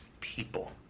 people